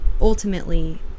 ultimately